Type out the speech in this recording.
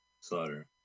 Slaughter